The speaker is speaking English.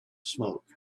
smoke